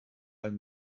ein